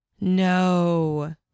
No